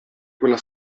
quella